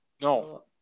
No